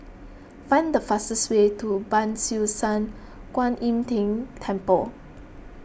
find the fastest way to Ban Siew San Kuan Im Tng Temple